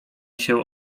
się